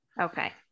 okay